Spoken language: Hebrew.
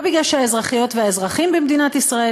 לא מפני שהאזרחיות והאזרחים במדינת ישראל,